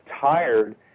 tired